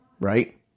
right